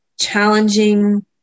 challenging